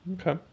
okay